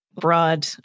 broad